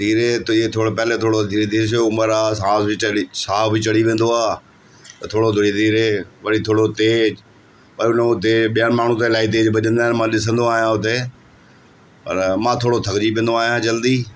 धीरे त इहो पहले थोरो धीरे धीरे से उमिरि आहे साह बि चढ़ी साह बि चढ़ी वेंदो आहे त थोरो धीरे धीरे वरी थोरो तेजु वरी उन जो ॿिए ॿियनि माण्हू त इलाही तेजु भॼंदा आहिनि मां ॾिसंदो आहियां उते पर मां थोरो थकिजी पवंदो आहियां जल्दी